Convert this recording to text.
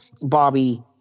Bobby